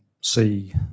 see